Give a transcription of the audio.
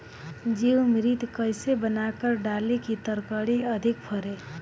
जीवमृत कईसे बनाकर डाली की तरकरी अधिक फरे?